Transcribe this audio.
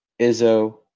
Izzo